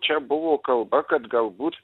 čia buvo kalba kad galbūt